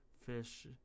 fish